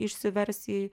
išsivers į